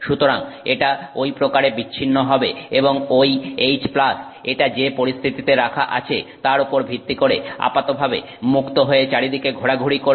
সুতরাং এটা ঐ প্রকারে বিচ্ছিন্ন হবে এবং ঐ H এটা যে পরিস্থিতিতে রাখা আছে তার ওপর ভিত্তি করে আপাতভাবে মুক্ত হয়ে চারিদিকে ঘোরাঘুরি করবে